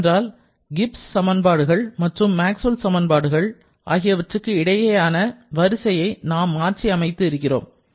ஏனென்றால் கிப்ஸ் சமன்பாடுகள் மற்றும் மேக்ஸ்வெல் சமன்பாடுகள் ஆகியவற்றுக்கு இடையேயான வரிசையை நாம் மாற்றி அமைத்து இருக்கிறோம்